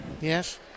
Yes